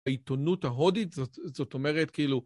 העיתונות ההודית, זאת אומרת, כאילו...